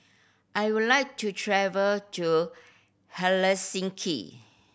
I would like to travel to